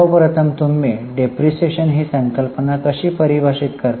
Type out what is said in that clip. सर्वप्रथम तुम्ही डिप्रीशीएशन ही संकल्पना कशी परिभाषित करता